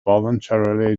voluntarily